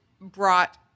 brought